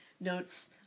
notes